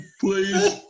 please